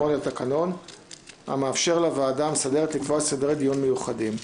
לתקנון המאפשר לוועדה המסדרת לקבוע סדרי דיון מיוחדים.